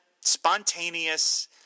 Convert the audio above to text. spontaneous